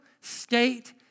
state